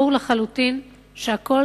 ברור לחלוטין שהכול,